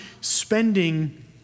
spending